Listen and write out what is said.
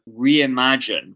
reimagine